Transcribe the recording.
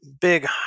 big